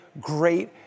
great